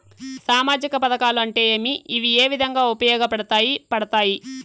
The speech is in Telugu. సామాజిక పథకాలు అంటే ఏమి? ఇవి ఏ విధంగా ఉపయోగపడతాయి పడతాయి?